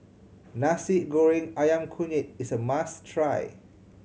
Nasi Goreng Ayam Kunyit is a must try